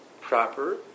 proper